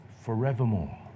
Forevermore